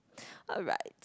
alright